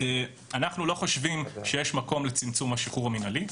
אנחנו לא חושבים שיש מקום לצמצום השחרור המינהלי.